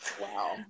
Wow